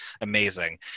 Amazing